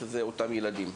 שזה אותם ילדים.